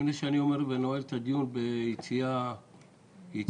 לפני שאני אומר ונועל ביציאה קשה,